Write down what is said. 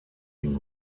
been